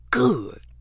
good